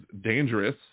dangerous